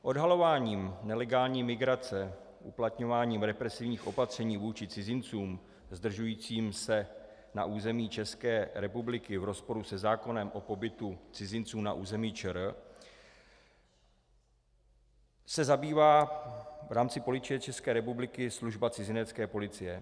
Odhalováním nelegální migrace, uplatňováním represivních opatřeních vůči cizincům zdržujícím se na území České republiky v rozporu se zákonem o pobytu cizinců na území ČR se zabývá v rámci Policie České republiky služba cizinecké policie.